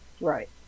Right